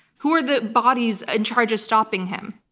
who are the bodies in charge of stopping him?